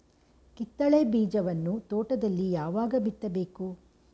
ಕಿತ್ತಳೆ ಬೀಜವನ್ನು ತೋಟದಲ್ಲಿ ಯಾವಾಗ ಬಿತ್ತಬೇಕು?